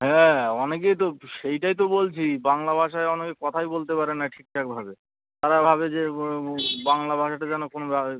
হ্যাঁ অনেকেই তো সেইটাই তো বলছি বাংলা ভাষায় অনেকে কথাই বলতে পারে না ঠিকঠাকভাবে তারা ভাবে যে বাংলা ভাষাটা যেন কোনো রা